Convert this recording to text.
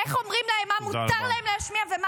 איך אומרים להם מה מותר להם להשמיע